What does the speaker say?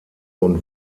und